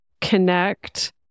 connect